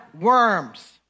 worms